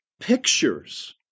pictures